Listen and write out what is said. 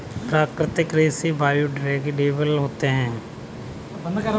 प्राकृतिक रेसे बायोडेग्रेडेबल होते है